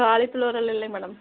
காலிபிளவரெலாம் இல்லைங்க மேடம்